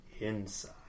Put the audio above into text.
Inside